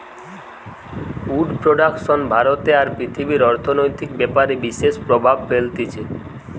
would production ভারতে আর পৃথিবীর অর্থনৈতিক ব্যাপারে বিশেষ প্রভাব ফেলতিছে